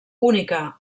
única